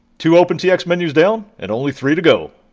two opentx menus down and only three to go.